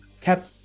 tap